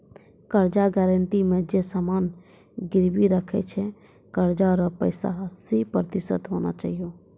कर्जा गारंटी मे जे समान गिरबी राखै छै कर्जा रो पैसा हस्सी प्रतिशत होना चाहियो